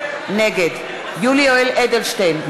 נגד יולי יואל אדלשטיין,